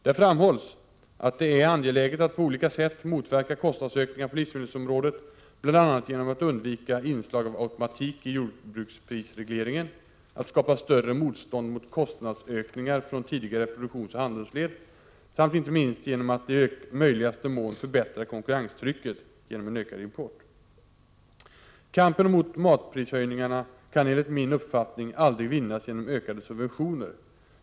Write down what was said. Där framhålls att det är angeläget att på olika sätt motverka kostnadsökningar på livsmedelsområdet bl.a. genom att undvika inslag av automatik i jordbruksprisregleringen, att skapa större motstånd mot kostnadsökningar från tidigare produktionsoch handelsled samt inte minst genom att i möjligaste mån förbättra konkurrenstrycket genom en ökad import. Kampen mot matprishöjningarna kan enligt min uppfattning aldrig vinnas genom ökade subventioner.